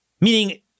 meaning